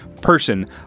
person